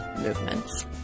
movements